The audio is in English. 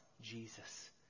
Jesus